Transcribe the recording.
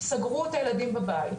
סגרו את הילדים בבית,